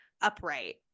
upright